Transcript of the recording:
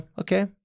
okay